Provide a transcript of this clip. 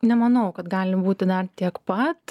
nemanau kad gali būti dar tiek pat